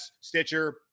Stitcher